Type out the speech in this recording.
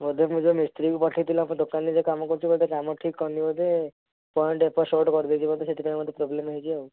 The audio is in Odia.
ବୋଧେ ମୁଁ ଯେଉଁ ମିସ୍ତ୍ରୀକୁ ପଠେଇଥିଲି ସେ ଦୋକାନୀ ଯେ କାମ କରୁଛି ବୋଧେ କାମ ଠିକ୍ କରିନି ବୋଧେ ପଏଣ୍ଟ ଏପଟେ ସେପଟେ କରିଦେଇଛି ବୋଧେ ସେଥିପାଇଁ ବୋଧେ ପ୍ରୋବ୍ଲେମ୍ ହେଇଛି ଆଉ